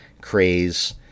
craze